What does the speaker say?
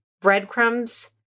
breadcrumbs